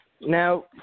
Now